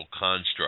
Construct